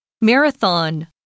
Marathon